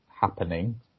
happening